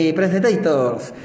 presentators